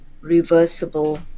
reversible